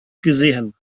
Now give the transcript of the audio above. gesehen